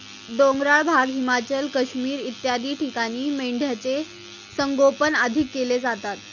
डोंगराळ भाग, हिमाचल, काश्मीर इत्यादी ठिकाणी मेंढ्यांचे संगोपन अधिक केले जाते